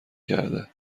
کرده